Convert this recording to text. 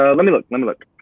ah lemme look, lemme look.